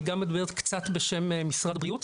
אני קצת מדברת גם קצת בשם משרד הבריאות.